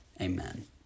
amen